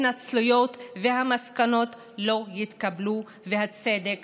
שאינו נמצא, וזה אומר שהוא לא עולה, מאיר כהן.